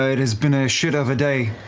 ah it has been a shit of a day,